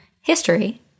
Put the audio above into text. history